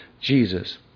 Jesus